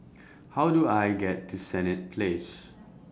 How Do I get to Senett Place